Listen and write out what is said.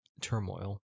turmoil